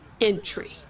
Entry